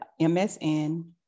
MSN